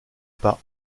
par